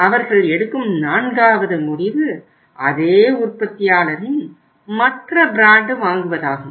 அவர்கள் எடுக்கும் நான்காவது முடிவு அதே உற்பத்தியாளரின் மற்ற பிராண்டு வாங்குவதாகும்